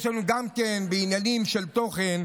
יש לנו גם דברים משותפים בעניינים של תוכן.